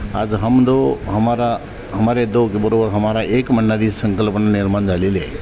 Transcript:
आज हम दो हमारा हमारे दो बरोबर हमारा एक म्हणणारी संकल्पना निर्माण झालेली आहे